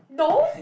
no